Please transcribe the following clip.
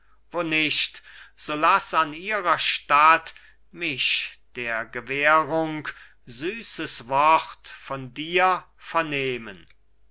wo nicht so laß an ihrer statt mich der gewährung süßes wort von dir vernehmen